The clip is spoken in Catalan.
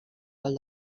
pol